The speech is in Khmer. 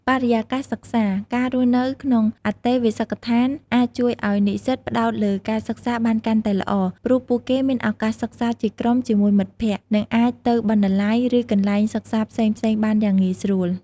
បរិយាកាសសិក្សា ការរស់នៅក្នុងអន្តេវាសិកដ្ឋានអាចជួយឱ្យនិស្សិតផ្តោតលើការសិក្សាបានកាន់តែល្អ ព្រោះពួកគេមានឱកាសសិក្សាជាក្រុមជាមួយមិត្តភក្តិ និងអាចទៅបណ្ណាល័យ ឬកន្លែងសិក្សាផ្សេងៗបានយ៉ាងងាយស្រួល។